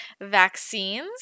vaccines